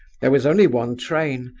there was only one train,